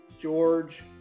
George